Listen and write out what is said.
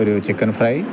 ഒരു chicken fry